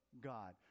God